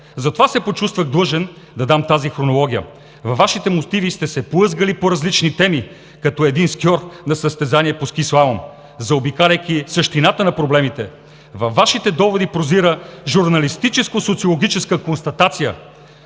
затова се почувствах длъжен да дам тази хронология. Във Вашите мотиви сте се плъзгали по различни теми като скиор на състезание по ски слалом, заобикаляйки същината на проблемите. Във Вашите доводи прозира журналистическо-социологическа констатация,